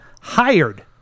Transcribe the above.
Hired